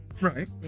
right